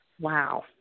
Wow